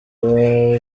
yawe